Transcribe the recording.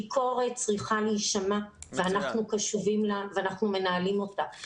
ביקורת צריכה להישמע ואנחנו קשובים לה ואנחנו מנהלים אותה.